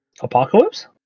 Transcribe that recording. Apocalypse